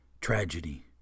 tragedy